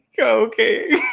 Okay